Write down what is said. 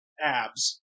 abs